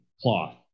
cloth